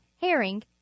herring